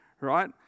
Right